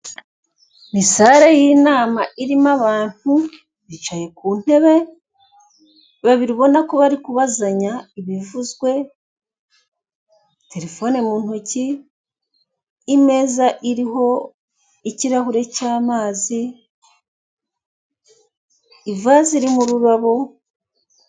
Ni sare y'inama irimo abantu bicaye ku ntebe, babiri ubona ko bari kubazanya ibivuzwe, terefone mu ntoki, imeza iriho ikirahure cy'amazi, ivaze irimo ururabo,...